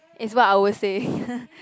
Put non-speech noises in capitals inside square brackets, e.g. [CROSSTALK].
is what I will say [LAUGHS]